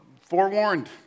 forewarned